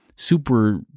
super